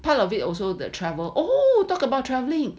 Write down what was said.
part of it also the travel oh talk about traveling